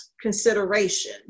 consideration